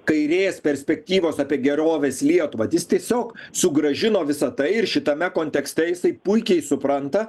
kairės perspektyvos apie gerovės lietuvą jis tiesiog sugrąžino visa tai ir šitame kontekste jisai puikiai supranta